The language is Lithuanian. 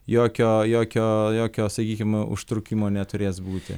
jokio jokio jokio sakykim užtrukimo neturės būti